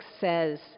says